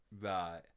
Right